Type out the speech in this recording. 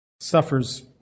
Suffers